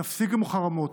תפסיקו עם החרמות.